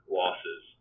losses